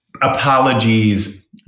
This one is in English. apologies